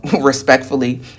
respectfully